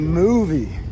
movie